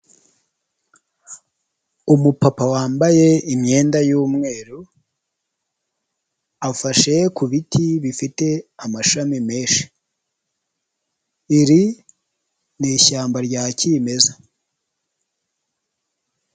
Umupapa wambaye imyenda y'umweru, afashe ku biti bifite amashami menshi; iri ni ishyamba rya kimeza.